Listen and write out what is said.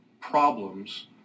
problems